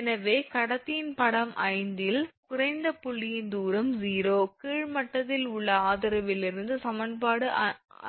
எனவே கடத்தியின் படம் 5 இல் குறைந்த புள்ளியின் தூரம் 𝑂 கீழ் மட்டத்தில் உள்ள ஆதரவிலிருந்து சமன்பாடு